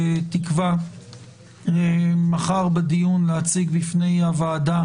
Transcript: בתקווה מחר בדיון להציג בפני הוועדה